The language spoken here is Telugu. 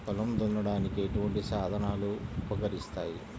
పొలం దున్నడానికి ఎటువంటి సాధనలు ఉపకరిస్తాయి?